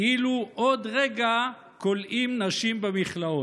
כאילו עוד רגע כולאים נשים במכלאות.